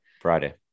Friday